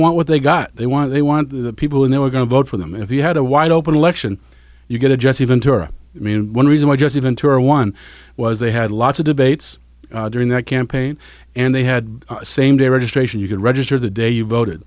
want what they got they want they want the people and they were going to vote for them if you had a wide open election you get a jesse ventura i mean and one reason why jesse ventura one was they had lots of debates during that campaign and they had same day registration you could register the day you voted